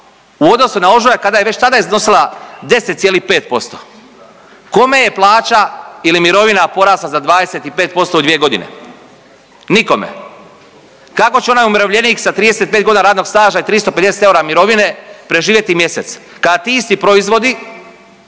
u odnosu na ožujak kada je već tada iznosila 10,5%. Kome je plaća ili mirovina porasla za 25% u 2.g.? Nikome. Kako će onaj umirovljenik sa 35.g. radnog staža i 350 eura mirovine preživjeti mjesec kada ti isti proizvodi